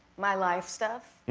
my life stuff.